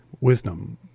wisdom